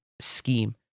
scheme